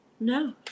No